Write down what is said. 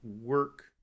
work